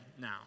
now